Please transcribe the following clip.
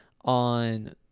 on